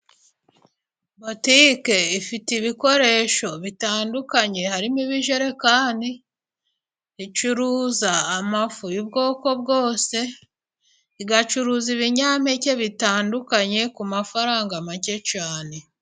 Butike ifite ibikoresho bitandukanye harimo:ibijerekani, icuruza amafu y'ubwoko bwose, igacuruza ibinyampeke bitandukanye ku mafaranga make cyane.